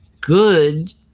good